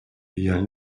ayant